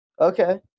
Okay